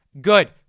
Good